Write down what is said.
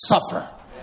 suffer